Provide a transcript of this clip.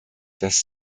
dass